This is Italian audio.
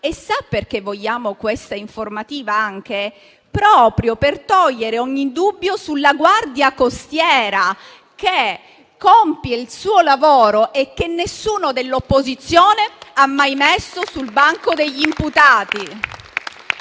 Inoltre vogliamo questa informativa anche proprio per togliere ogni dubbio sulla Guardia costiera, che compie il suo lavoro e che nessuno dell'opposizione ha mai messo sul banco degli imputati.